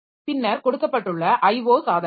பின்னர் கொடுக்கப்பட்டுள்ள IO சாதனங்கள்